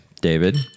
David